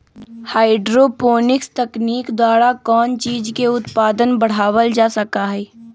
hydroponics तकनीक द्वारा कौन चीज के उत्पादन बढ़ावल जा सका हई